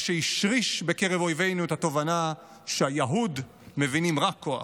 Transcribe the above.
מה שהשריש בקרב אויבינו את התובנה שהיָהוד מבינים רק כוח.